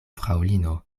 fraŭlino